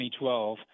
2012